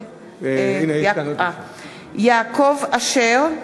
יעקב אשר,